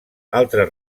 altres